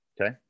Okay